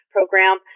program